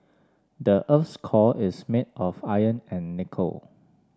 the earth core is made of iron and nickel